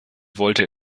wollte